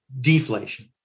deflation